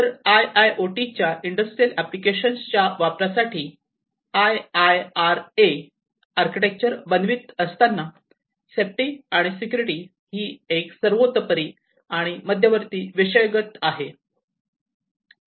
तर I I O T च्या industrial application च्या वापरासाठी I I R A architecture बनवीत असताना सेफ्टी आणि सेक्युरिटी ही एक सर्वोपरि आणि मध्यवर्ती विषयगत आहे